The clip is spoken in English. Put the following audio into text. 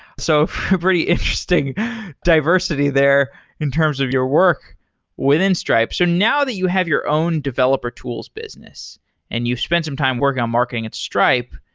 so pretty interesting diversity there in terms of your work within stripe. so now that you have your own developer tools business and you spend some time working on marketing at stripe,